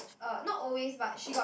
uh not always but she got